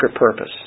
purpose